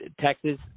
Texas